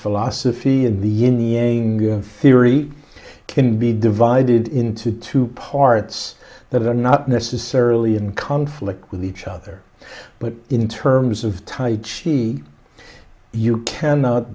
philosophy in the in the ending of theory can be divided into two parts that are not necessarily in conflict with each other but in terms of tight she you cannot